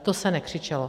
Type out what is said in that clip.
To se nekřičelo!